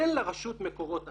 אין לרשות מקורות עצמיים.